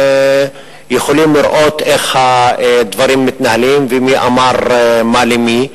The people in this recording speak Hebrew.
שיכולים לראות איך הדברים מתנהלים ומי אמר מה למי.